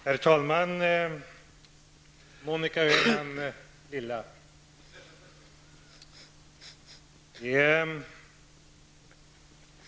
Herr talman! Monica Öhman, lilla.